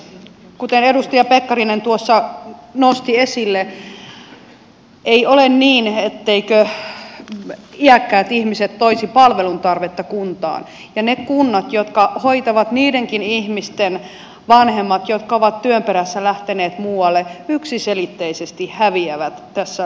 kuten edustaja pekkarinen tuossa nosti esille ei ole niin etteivätkö iäkkäät ihmiset toisi palveluntarvetta kuntaan ja ne kunnat jotka hoitavat niidenkin ihmisten vanhemmat jotka ovat työn perässä lähteneet muualle yksiselitteisesti häviävät tässä uudistuksessa